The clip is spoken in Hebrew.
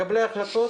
מקבלי ההחלטות